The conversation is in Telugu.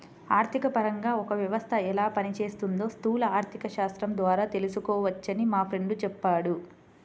ఆర్థికపరంగా ఒక వ్యవస్థ ఎలా పనిచేస్తోందో స్థూల ఆర్థికశాస్త్రం ద్వారా తెలుసుకోవచ్చని మా ఫ్రెండు చెప్పాడు